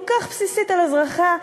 כל כך בסיסית לאזרחיה,